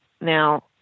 Now